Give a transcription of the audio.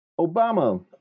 Obama